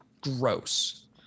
gross